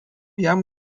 jam